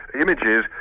images